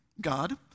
God